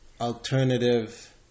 alternative